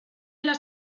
las